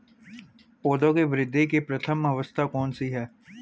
पौधों की वृद्धि की प्रथम अवस्था कौन सी है?